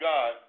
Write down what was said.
God